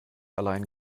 allein